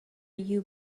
you